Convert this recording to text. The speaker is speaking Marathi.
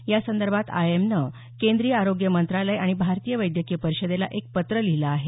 या संदर्भात आयएमएनं केंद्रीय आरोग्य मंत्रालय आणि भारतीय वैद्यकीय परिषदेला एक पत्र लिहिलं आहे